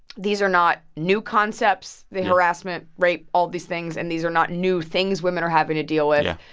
these are not new concepts the harassment, rape, all of these things. and these are not new things women are having to deal with.